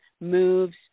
moves